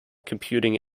computing